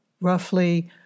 Roughly